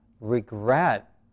regret